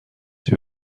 جیب